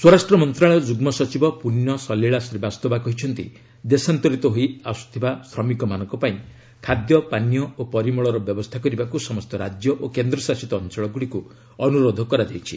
ସ୍ୱରାଷ୍ଟ୍ର ମନ୍ତ୍ରଣାଳୟ ଯୁଗ୍ମ ସଚିବ ପୁନ୍ୟ ଶଲୀଳା ଶ୍ରୀବାସ୍ତବା କହିଛନ୍ତି ଦେଶାନ୍ତରୀତ ହୋଇ ଆସିଥିବା ଶ୍ରମିକମାନଙ୍କ ପାଇଁ ଖାଦ୍ୟ ପାନୀୟ ଓ ପରିମଳର ବ୍ୟବସ୍ଥା କରିବାକୁ ସମସ୍ତ ରାଜ୍ୟ ଓ କେନ୍ଦ୍ରଶାସିତ ଅଞ୍ଚଳଗୁଡ଼ିକୁ ଅନୁରୋଧ କରାଯାଇଛି